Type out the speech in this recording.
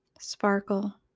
sparkle